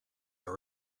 are